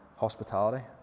Hospitality